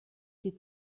die